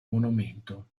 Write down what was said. monumento